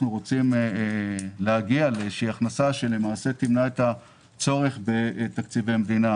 רוצים להגיע להכנסה שתמנע את הצורך בתקציבי מדינה.